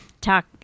talk